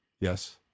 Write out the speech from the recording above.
Yes